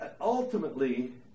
Ultimately